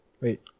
Wait